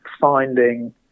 finding